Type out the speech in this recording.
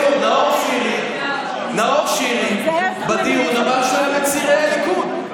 נאור שירי בדיון אמר שהיה בצעירי הליכוד.